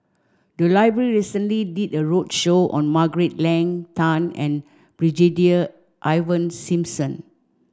the library recently did a roadshow on Margaret Leng Tan and Brigadier Ivan Simson